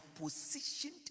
positioned